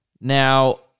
Now